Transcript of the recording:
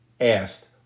asked